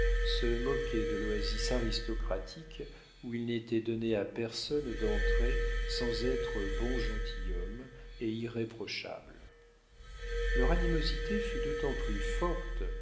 se moquaient de l'oasis aristocratique où il n'était donné à personne d'entrer sans être bon gentilhomme et irréprochable leur animosité fut d'autant plus forte